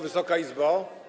Wysoka Izbo!